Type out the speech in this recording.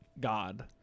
God